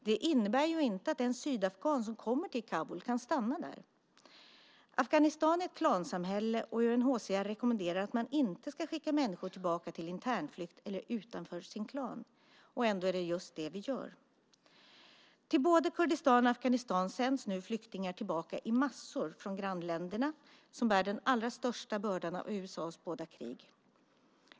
Det innebär ju inte att den sydafghan som kommer till Kabul kan stanna där. Afghanistan är ett klansamhälle, och UNHCR rekommenderar att man inte ska skicka människor tillbaka till internflykt eller utanför sin klan. Ändå är det just det vi gör. Till både Kurdistan och Afghanistan sänds nu flyktingar tillbaka i massor från grannländerna, som bär den allra största bördan av USA:s båda krig.